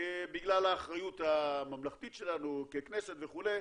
בגלל האחריות הממלכתית שלנו ככנסת וכו'.